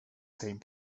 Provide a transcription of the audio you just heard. same